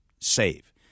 save